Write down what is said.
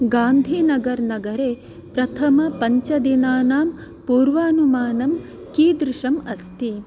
गान्धिनगर् नगरे प्रथमपञ्चदिनानां पूर्वानुमानं कीदृशम् अस्ति